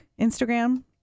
Instagram